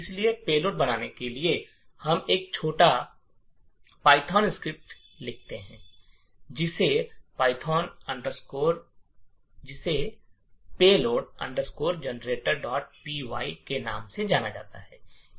इसलिए पेलोड बनाने के लिए हम एक छोटी पायथन स्क्रिप्ट लिखते हैं जिसे payload generatorpy के नाम से जाना जाता है